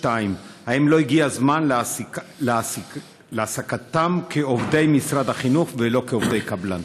2. האם לא הגיע הזמן להעסיקם כעובדי משרד החינוך ולא כעובדי קבלן?